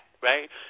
right